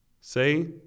Say